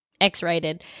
X-rated